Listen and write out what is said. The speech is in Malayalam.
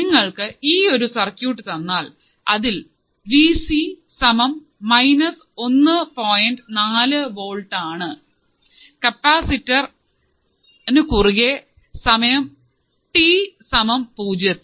നിങ്ങൾക്ക് ഈയൊരു സർക്യൂട്ട് തന്നാൽ അതിൽ വി സി സമം മൈനസ് ഒന്ന് പോയിന്റ് നാലു വോൾട്ട് ആണ് കപ്പാസിറ്റർ നു കുറുകെ സമയം ടി സമം പൂജ്യത്തിൽ